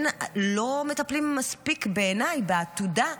לא מטפלים מספיק, בעיניי, בעתודה,